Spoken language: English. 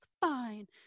fine